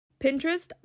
Pinterest